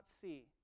see